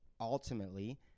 ultimately